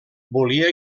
volia